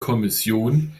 kommission